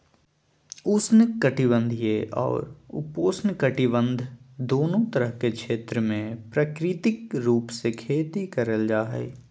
उष्ण कटिबंधीय अउर उपोष्णकटिबंध दोनो तरह के क्षेत्र मे प्राकृतिक रूप से खेती करल जा हई